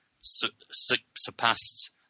surpassed